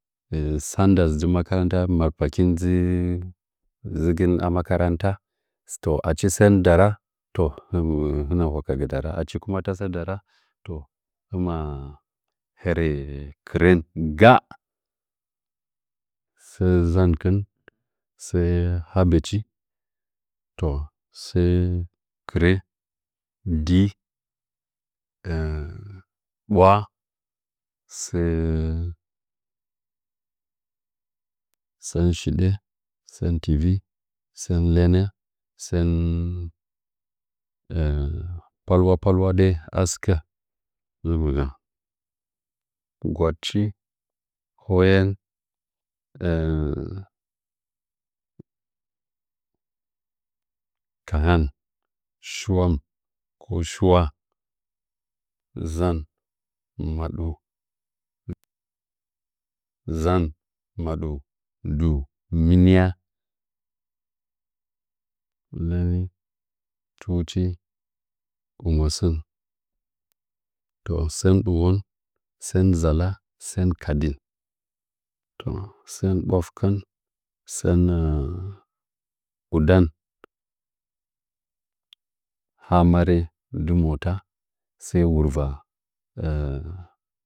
San mapaki dzɨ dzɨkɨn a makaranta sɚ to achi sɚn dara to himina hwakɚ’ dara to hɨma rɚ ngga sɚ nzakɨn sɚ habɚchi to sɚ kɨrɚ di ɓwa sɚ sɚn shiɗɚ tɨne linɚ sɚn palwa palwa den a sɨkɚ nggɨ mɨndɚn gwadchi hoyen kangan shiwa ko shiwa nzan maɗuu zan madu du mɨnia tuchi mosɚm to sɚn ɗɨwon s n zalan sɚn kadih to sɚn ɓwakɨ sɚn sɚn udan ha marɚ ndɨ motan sɚ wurva